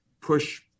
push